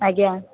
ଆଜ୍ଞା